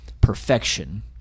perfection